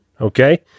Okay